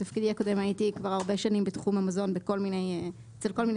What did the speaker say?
בתפקידי הקודם הייתי בשוק המזון אצל כל מיני